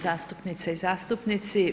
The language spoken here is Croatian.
zastupnice i zastupnici.